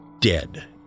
Dead